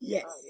Yes